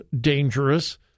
dangerous